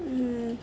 হুম